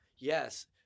Yes